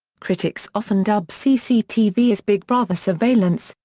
critics often dub cctv as big brother surveillance,